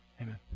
Amen